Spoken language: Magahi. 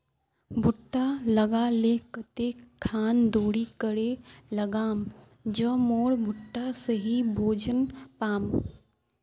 भुट्टा लगा ले कते खान दूरी करे लगाम ज मोर भुट्टा सही भोजन पाम?